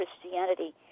Christianity